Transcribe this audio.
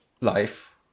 life